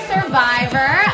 Survivor